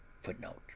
Footnote